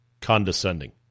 condescending